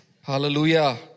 Hallelujah